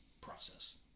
process